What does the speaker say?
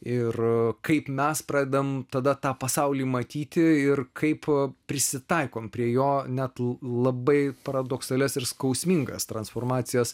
ir kaip mes pradedam tada tą pasaulį matyti ir kaip prisitaikom prie jo net labai paradoksalias ir skausmingas transformacijas